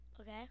okay